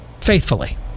faithfully